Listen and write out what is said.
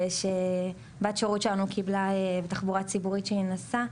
שבת שירות שלנו קיבלה בתחבורה ציבורית כשהיא נסעה.